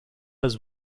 has